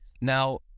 Now